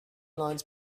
lines